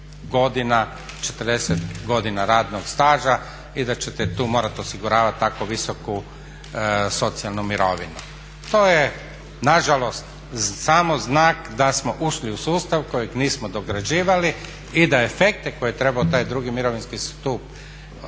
godina, 40 godina radnog staža i da ćete tu morati osiguravati tako visoku socijalnu mirovinu. To je nažalost samo znak da smo ušli u sustav kojeg nismo dograđivali i da efekte koje je trebao taj drugi mirovinski stup